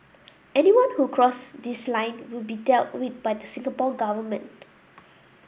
anyone who cross this line will be dealt with by the Singapore Government